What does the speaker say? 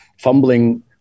fumbling